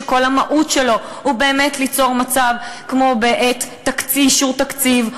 שכל המהות שלו היא באמת ליצור מצב כמו בעת אישור תקציב,